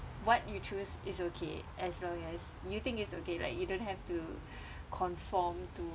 what you choose is okay as long as you think it's okay like you don't have to conform to